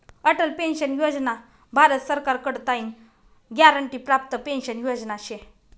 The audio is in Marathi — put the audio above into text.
अटल पेंशन योजना भारत सरकार कडताईन ग्यारंटी प्राप्त पेंशन योजना शे